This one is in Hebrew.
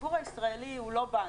הציבור הישראלי הוא לא בנק.